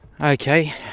Okay